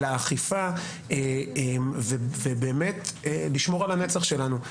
על האכיפה ובאמת לשמור על הנצח שלנו.